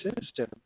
system